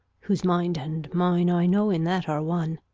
whose mind and mine i know in that are one,